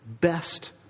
best